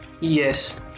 yes